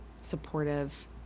supportive